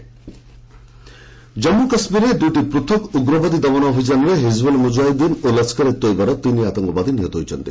JK encounter Jammu କାଶ୍କୀରରେ ଦୁଇଟି ପୃଥକ ଉଗ୍ରବାଦୀ ଦମନ ଅଭିଯାନରେ ହିଜବୁଲ ମୁକ୍ତାହିଦ୍ଦିନ ଓ ଲସ୍କର ଏ ତୋଏବାର ତିନି ଆତଙ୍କବାଦୀ ନିହତ ହୋଇଛନ୍ତି